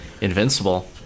Invincible